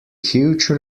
huge